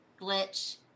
glitch